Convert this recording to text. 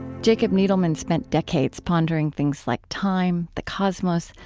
jacob needleman spent decades pondering things like time, the cosmos,